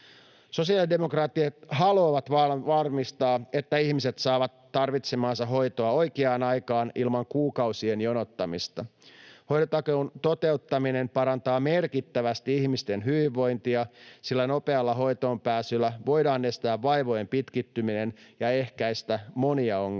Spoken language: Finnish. Sosiaalidemokraatit haluavat varmistaa, että ihmiset saavat tarvitsemaansa hoitoa oikeaan aikaan ilman kuukausien jonottamista. Hoitotakuun toteuttaminen parantaa merkittävästi ihmisten hyvinvointia, sillä nopealla hoitoonpääsyllä voidaan estää vaivojen pitkittyminen ja ehkäistä monia ongelmia.